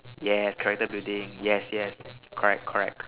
yes character building yes yes correct correct